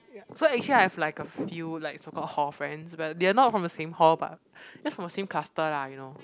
ya so actually I've like a few like so called hall friends but they are not from the same hall but just from the same cluster lah you know